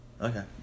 Okay